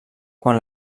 quan